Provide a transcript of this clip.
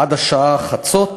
עד שעת חצות,